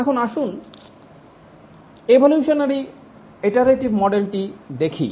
এখন আসুন evolutionary iterative মডেলটি দেখি